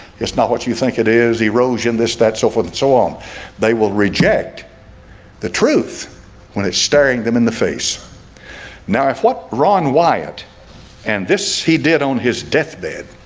it's not what you think. it is erosion this that so forth and so on they will reject the truth when it's staring them in the face now if what ron wyatt and this he did on his deathbed?